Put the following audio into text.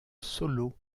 solo